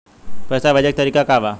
पैसा भेजे के तरीका का बा?